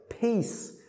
peace